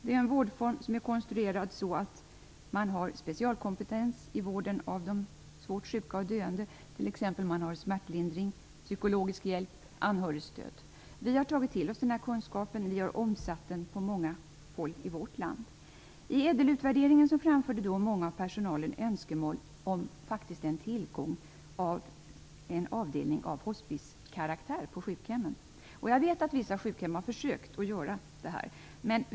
Det är en vårdform som är konstruerad så att man har specialkompetens i vården av de svårt sjuka och döende, t.ex. smärtlindring, psykologisk hjälp, anhörigstöd. Vi har tagit till oss den här kunskapen och omsatt den i praktiken på många håll i vårt land. Enligt ÄDEL-utvärderingen framförde många inom personalen önskemål om tillgång till en avdelning av hospicekaraktär på sjukhemmen. Jag vet att vissa sjukhem har försökt med det.